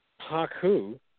Haku